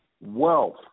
wealth